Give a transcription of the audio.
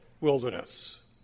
wilderness